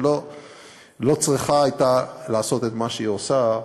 שלא צריכה הייתה לעשות את מה שהיא עושה,